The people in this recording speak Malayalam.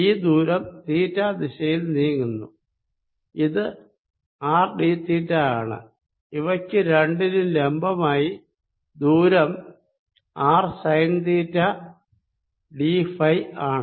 ഈ ദൂരം തീറ്റ ദിശയിൽ നീങ്ങുന്നു ഇത് ആർ ഡി തീറ്റ ആണ് ഇവയ്ക്കു രണ്ടിനും ലംബമായി ദൂരം r sine theta d phi ആണ്